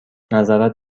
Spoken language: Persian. نظرت